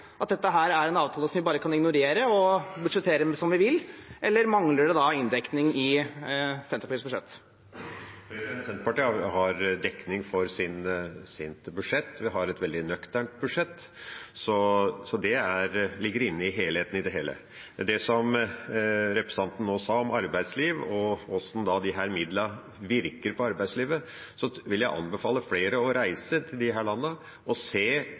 at dette er en avtale som vi bare kan ignorere og budsjettere med som vi vil, eller mangler det inndekning i Senterpartiets budsjett? Senterpartiet har dekning for sitt budsjett – vi har et veldig nøkternt budsjett, så det ligger inne i helheten. Til det som representanten nå sa om arbeidsliv og hvordan disse midlene virker på arbeidslivet, vil jeg anbefale flere å reise til disse landene og se